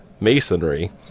masonry